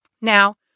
Now